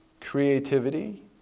creativity